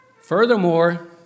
Furthermore